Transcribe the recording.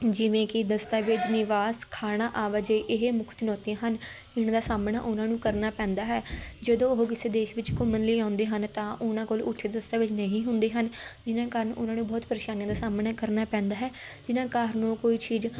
ਜਿਵੇਂ ਕਿ ਦਸਤਾਵੇਜ਼ ਨਿਵਾਸ ਖਾਣਾ ਆਵਾਜਾਈ ਇਹ ਮੁੱਖ ਚੁਣੌਤੀਆਂ ਹਨ ਇਹਨਾਂ ਦਾ ਸਾਹਮਣਾ ਉਹਨਾਂ ਨੂੰ ਕਰਨਾ ਪੈਂਦਾ ਹੈ ਜਦੋਂ ਉਹ ਕਿਸੇ ਦੇਸ਼ ਵਿੱਚ ਘੁੰਮਣ ਲਈ ਆਉਂਦੇ ਹਨ ਤਾਂ ਉਹਨਾਂ ਕੋਲ ਦਸਤਾਵੇਜ਼ ਨਹੀਂ ਹੁੰਦੇ ਹਨ ਜਿਹਨਾਂ ਕਾਰਨ ਉਹਨਾਂ ਨੂੰ ਬਹੁਤ ਪਰੇਸ਼ਾਨੀਆਂ ਦਾ ਸਾਹਮਣਾ ਕਰਨਾ ਪੈਂਦਾ ਹੈ ਜਿਹਨਾਂ ਕਾਰਨ ਉਹ ਕੋਈ ਚੀਜ਼